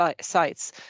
sites